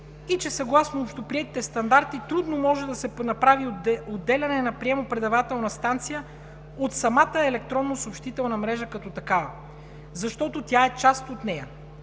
и че съгласно общоприетите стандарти трудно може да се направи отделяне на приемо-предавателна станция от самата електронна съобщителна мрежа като такава, защото тя е част от нея.